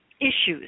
issues